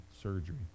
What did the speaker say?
surgery